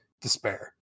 despair